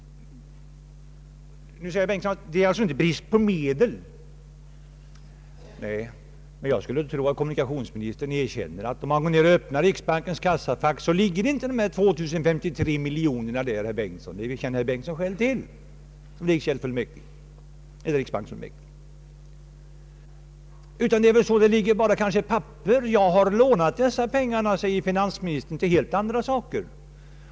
Herr Bengtson säger att det inte råder någon brist på medel. Nej, men jag skulle tro att kommunikationsministern erkänner att om man öppnar riksbankens kassafack, så ligger inte dessa 2053 miljoner där — det känner herr Bengtson själv till som riksbanksfullmäktig. Där ligger kanske bara ett papper. Jag har lånat de pengarna, säger kanske finansministern, till helt andra saker.